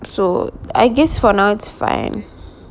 so I guess for now it's fine